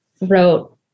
wrote